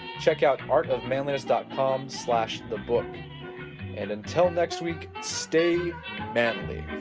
check out artofmanliness dot com slash thebook. and until next week, stay manly